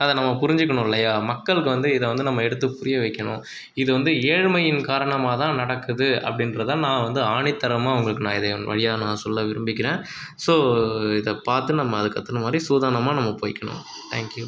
அதை நம்ம புரிஞ்சுக்கணும் இல்லையா மக்களுக்கு வந்து இதை வந்து நம்ம எடுத்துப் புரிய வைக்கணும் இது வந்து ஏழ்மையின் காரணமாக தான் நடக்குது அப்டின்றதை நான் வந்து ஆணித்தரமாக உங்களுக்கு நான் இதன் வழியாக நான் சொல்ல விரும்புகிறேன் ஸோ இதை பார்த்து நம்ம அதுக்கேத்துன மாதிரி சூதனமாக நம்ம போய்க்கணும் தேங்க்யூ